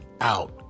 out